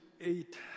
eight